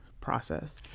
process